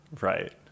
Right